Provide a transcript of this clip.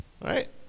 Right